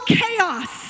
chaos